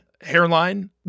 hairline